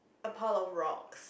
a pile of rocks